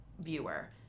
viewer